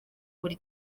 buri